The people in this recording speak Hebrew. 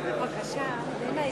להזכירכם,